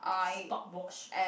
stopwatch